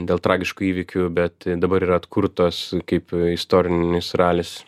dėl tragiškų įvykių bet dabar yra atkurtos kaip istorinis ralis